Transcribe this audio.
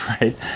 right